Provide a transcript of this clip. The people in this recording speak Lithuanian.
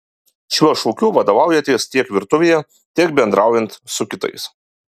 šiuo šūkiu vadovaujatės tiek virtuvėje tiek bendraujant su kitais